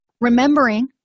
Remembering